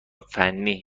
فنی